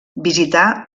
visità